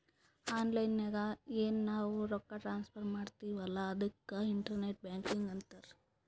online ನಾಗ್ ಎನ್ ನಾವ್ ರೊಕ್ಕಾ ಟ್ರಾನ್ಸಫರ್ ಮಾಡ್ತಿವಿ ಅಲ್ಲಾ ಅದುಕ್ಕೆ ಇಂಟರ್ನೆಟ್ ಬ್ಯಾಂಕಿಂಗ್ ಅಂತಾರ್